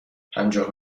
پنجاه